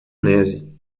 neve